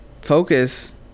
focus